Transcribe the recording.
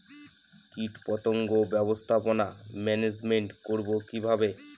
কীটপতঙ্গ ব্যবস্থাপনা ম্যানেজমেন্ট করব কিভাবে?